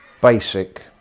Basic